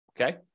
Okay